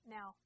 Now